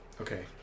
Okay